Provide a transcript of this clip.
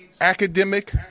academic